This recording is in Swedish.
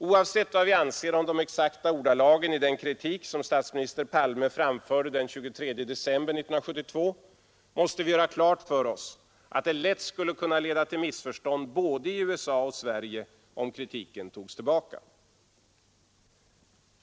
Oavsett vad vi anser om de exakta ordalagen i den kritik som statsminister Palme framförde den 23 december 1972, måste vi göra klart för oss att det lätt skulle kunna leda till missförstånd både i USA och Sverige om kritiken togs tillbaka.